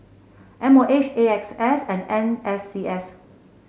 M O H A X S and N S C S